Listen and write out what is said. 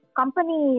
company